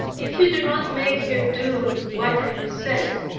if you do not make her do what i have said,